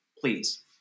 please